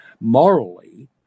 morally